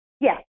Yes